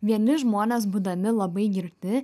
vieni žmonės būdami labai girti